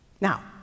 Now